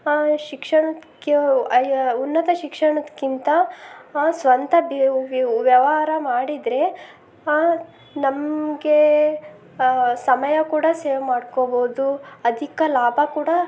ಶಿಕ್ಷಣಕ್ಕೇ ಅಯ್ಯ ಉನ್ನತ ಶಿಕ್ಷಣಕ್ಕಿಂತ ಸ್ವಂತ ಬಿ ವ್ಯವಹಾರ ಮಾಡಿದರೆ ನಮಗೆ ಸಮಯ ಕೂಡ ಸೇವ್ ಮಾಡ್ಕೋಬೋದು ಅಧಿಕ ಲಾಭ ಕೂಡ